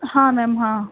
ہاں میم ہاں